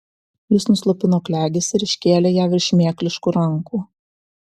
jis nuslopino klegesį ir iškėlė ją virš šmėkliškų rankų